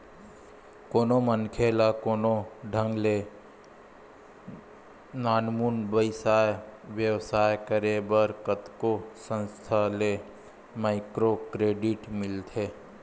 कोनो मनखे ल कोनो ढंग ले नानमुन बइपार बेवसाय करे बर कतको संस्था ले माइक्रो क्रेडिट मिलथे